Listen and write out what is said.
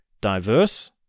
diverse